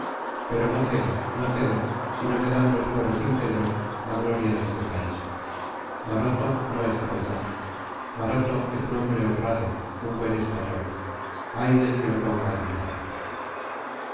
pero no cedo no cedo si no me dan los fueros íntegros la gloria de este país maroto no es traidor maroto es un hombre honrado un buen español ay del que lo ponga en duda